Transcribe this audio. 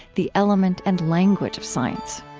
the element and language of science